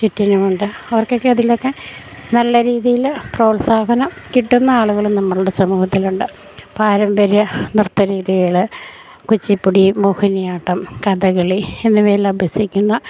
ചുറ്റിനുമുണ്ട് അവർക്ക് ഒക്കെ അതിലൊക്കെ നല്ല രീതിയിൽ പ്രോത്സാഹനം കിട്ടുന്ന ആളുകളും നമ്മുടെ സമൂഹത്തിൽ ഉണ്ട് പാരമ്പര്യ നൃത്തരീതികൾ കുച്ചിപ്പുടി മോഹിനിയാട്ടം കഥകളി എന്നിവ എല്ലാം അഭ്യസിക്കുന്ന